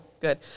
good